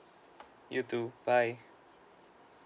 you too bye